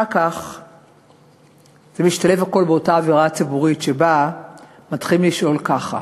אחר כך הכול משתלב באותה אווירה ציבורית שבה מתחילים לשאול ככה,